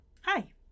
Hi